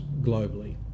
globally